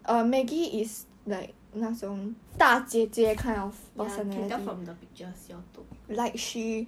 ya can tell from the pictures you all took